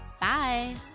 bye